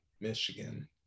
Michigan